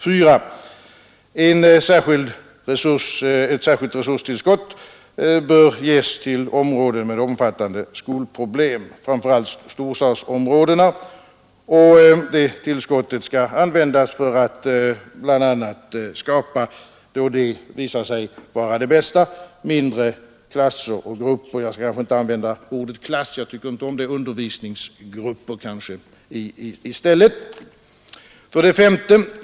4. Ett särskilt resurstillskott bör ges till områden med omfattande skolproblem, framför allt storstadsområdena. Det tillskottet skall användas för att, då detta visar sig vara det bästa, skapa mindre klasser och grupper. Jag kanske inte borde använda ordet klasser, eftersom jag inte tycker om det ordet, utan jag kanske skall säga undervisningsgrupper i stället. S.